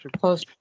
Close